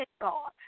God